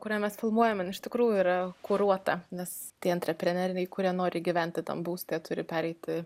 kurią mes filmuojame jin iš tikrųjų yra kuruota nes tie antrepreneriai kurie nori gyventi tam būste turi pereiti